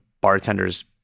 bartenders